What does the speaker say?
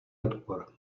odpor